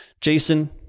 Jason